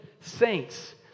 saints